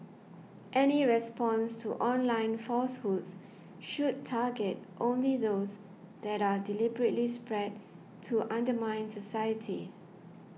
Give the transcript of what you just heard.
any response to online falsehoods should target only those that are deliberately spread to undermine society